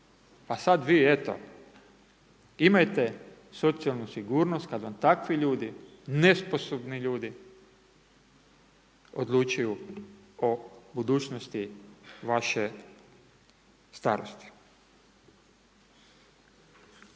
A sad vi eto, imajte socijalnu sigurnost kad vam takvi ljudi, nesposobni ljudi odlučuju o budućnosti vaše starosti.